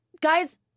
guys